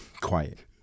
quiet